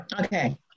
Okay